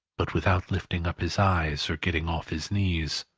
but without lifting up his eyes, or getting off his knees.